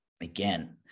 again